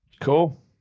Cool